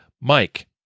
Mike